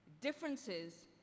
Differences